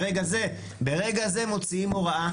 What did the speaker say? ברגע זה מוצאים הוראה,